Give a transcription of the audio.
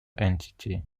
entity